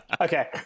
okay